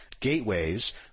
gateways